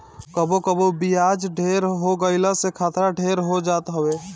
कबो कबो बियाज ढेर हो गईला खतरा ढेर हो जात हवे